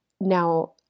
Now